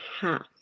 half